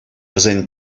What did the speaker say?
вӗсен